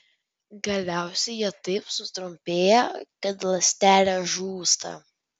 galiausiai jie taip sutrumpėja kad ląstelė žūsta